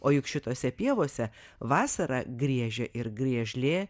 o juk šituose pievose vasarą griežia ir griežlė